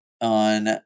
on